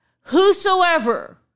Whosoever